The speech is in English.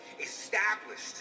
established